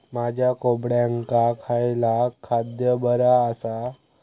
माझ्या कोंबड्यांका खयला खाद्य बरा आसा?